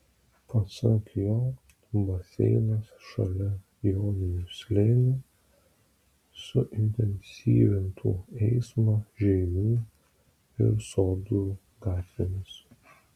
pasak jo baseinas šalia joninių slėnio suintensyvintų eismą žeimių ir sodų gatvėmis